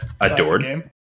Adored